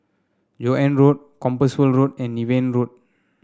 Joan Road Compassvale Road and Niven Road